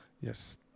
Yes